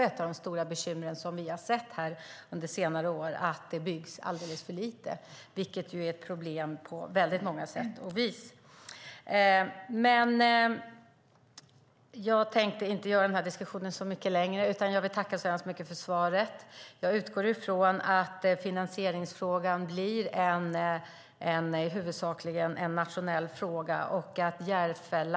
Ett av de stora bekymren under senare år är att det byggs alldeles för lite, vilket på många sätt är ett problem. Jag tänkte inte förlänga diskussionen, utan jag vill tacka för svaret. Jag utgår från att finansieringsfrågan huvudsakligen blir en nationell fråga.